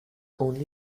only